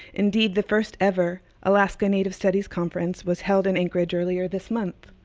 indeed, the first ever alaskan native studies conference was held in anchorage earlier this month.